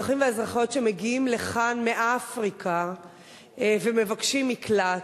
והאזרחים והאזרחיות שמגיעים לכאן מאפריקה ומבקשים מקלט,